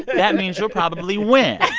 that means you'll probably win